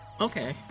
Okay